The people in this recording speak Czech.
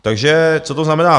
Takže co to znamená?